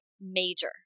major